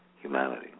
humanity